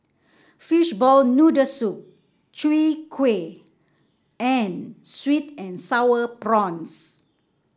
Fishball Noodle Soup Chwee Kueh and sweet and sour prawns